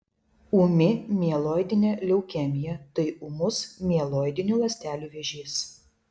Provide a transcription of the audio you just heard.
ūmi mieloidinė leukemija tai ūmus mieloidinių ląstelių vėžys